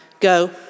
go